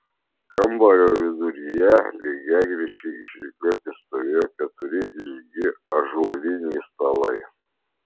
kambario viduryje lygiagrečiai išrikiuoti stovėjo keturi ilgi ąžuoliniai stalai